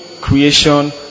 creation